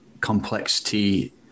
complexity